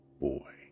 boy